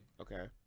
Okay